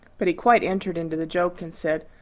but he quite entered into the joke, and said,